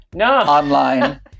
online